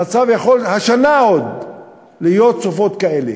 המצב יכול, השנה יכולות עוד להיות סופות כאלה.